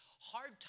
Hard